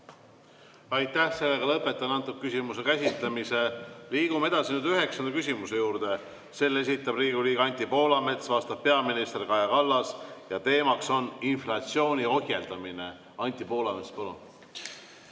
Aitäh! Lõpetan selle küsimuse käsitlemise. Liigume edasi üheksanda küsimuse juurde. Selle esitab Riigikogu liige Anti Poolamets, vastab peaminister Kaja Kallas ja teema on inflatsiooni ohjeldamine. Anti Poolamets, palun!